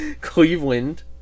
Cleveland